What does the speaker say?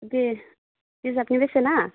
देह बिजाबनि बेसेना